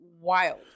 Wild